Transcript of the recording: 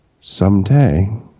someday